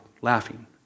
laughing